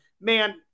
man